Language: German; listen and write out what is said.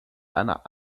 einer